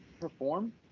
perform